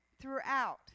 throughout